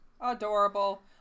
adorable